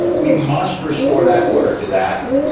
we must restore that order to that.